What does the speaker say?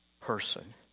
person